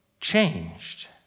changed